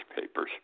papers